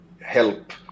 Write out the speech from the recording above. help